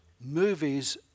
movies